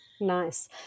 Nice